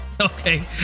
Okay